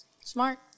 smart